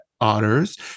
otters